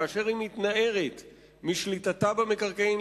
כאשר היא מתנערת משליטתה במקרקעין,